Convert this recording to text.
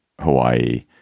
hawaii